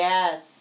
Yes